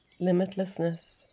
Limitlessness